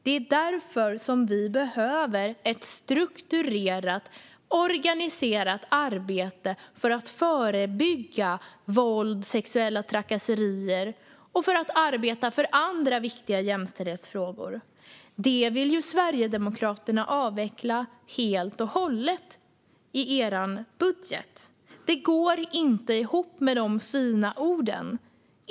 Det är därför vi behöver ett strukturerat, organiserat arbete för att förebygga våld och sexuella trakasserier och för att arbeta för andra viktiga jämställdhetsfrågor. Det vill Sverigedemokraterna avveckla helt och hållet i er budget, Ebba Hermansson. Det går inte ihop med de fina orden.